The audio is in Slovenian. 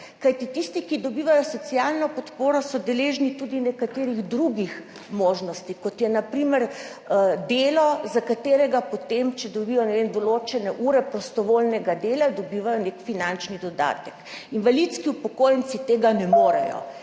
kajti tisti, ki dobivajo socialno podporo, so deležni tudi nekaterih drugih možnosti, kot je na primer delo, za katerega potem, če dobijo, ne vem, določene ure prostovoljnega dela, dobivajo nek finančni dodatek. Invalidski upokojenci tega ne morejo,